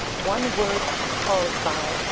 one word to call it by,